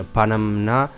Panamna